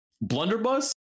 blunderbuss